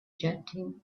jetting